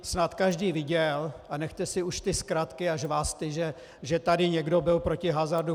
Snad každý viděl a nechte si už ty zkratky a žvásty, že tady někdo byl proti hazardu.